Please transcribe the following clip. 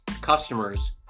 customers